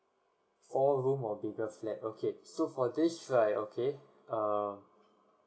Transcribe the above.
four room or bigger flat okay so for this right okay uh